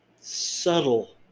subtle